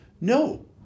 no